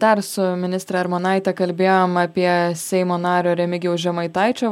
dar su ministre armonaite kalbėjom apie seimo nario remigijaus žemaitaičio